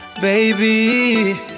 baby